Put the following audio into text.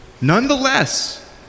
Nonetheless